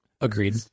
agreed